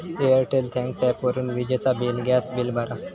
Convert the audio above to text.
Airtel thanks ॲपवरून विजेचा bill, gas चा बिल भरा